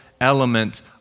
element